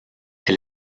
elle